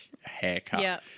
haircut